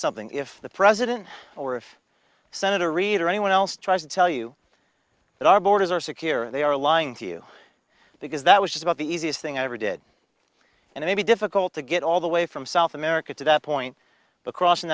something if the president or if senator reid or anyone else tries to tell you that our borders are secure they are lying to you because that was just about the easiest thing i ever did and maybe difficult to get all the way from south america to that point across